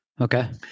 Okay